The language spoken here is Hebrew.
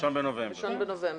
1 בנובמבר.